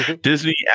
Disney